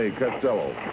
Castello